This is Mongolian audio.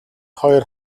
хоёр